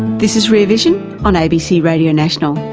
this is rear vision on abc radio national.